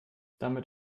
damit